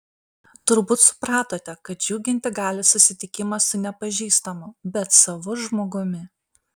turbūt supratote kad džiuginti gali susitikimas su nepažįstamu bet savu žmogumi